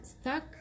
stuck